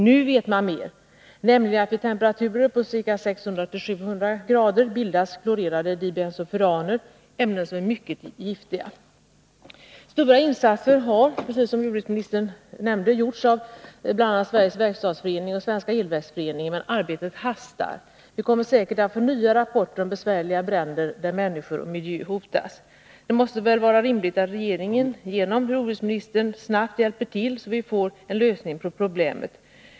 Nu vet man mer, nämligen att vid temperaturer på ca 600-700? bildas klorerade dibensofuraner — ämnen som är mycket giftiga. Stora insatser har, som jordbruksministern redan nämnt, gjorts av bl.a. Sveriges verkstadsförening och Svensk elverksförening, men arbetet brådskar. Vi kommer säkerligen att få nya rapporter om besvärliga bränder, där människor och miljö hotas. Det måste väl vara rimligt att regeringen genom jordbruksministern snabbt hjälper till, så att vi får en lösning på problemet.